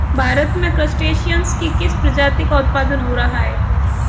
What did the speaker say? भारत में क्रस्टेशियंस के किस प्रजाति का उत्पादन हो रहा है?